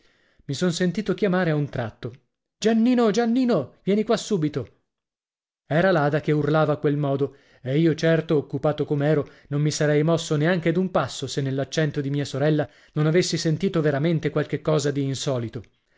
mi son sentito chiamare a un tratto giannino giannino vieni qua subito era l'ada che urlava a quel modo e io certo occupato com'ero non mi sarei mosso neanche d'un passo se nell'accento di mia sorella non avessi sentito veramente qualche cosa di insolito